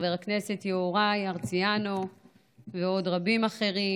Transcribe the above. חבר הכנסת יוראי הרצנו ועוד רבים אחרים.